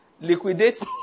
liquidate